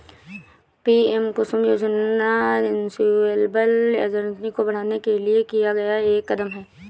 PM Kusum योजना renewable energy को बढ़ाने के लिए लिया गया एक कदम है